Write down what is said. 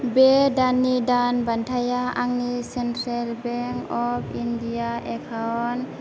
बे दाननि दान बान्थाया आंनि central bank of India account